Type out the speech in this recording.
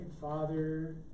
Father